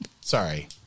Sorry